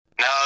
No